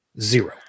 Zero